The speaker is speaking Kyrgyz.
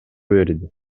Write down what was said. берди